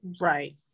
right